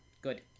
Good